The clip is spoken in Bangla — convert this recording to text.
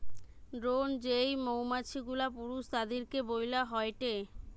দ্রোন যেই মৌমাছি গুলা পুরুষ তাদিরকে বইলা হয়টে